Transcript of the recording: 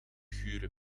gure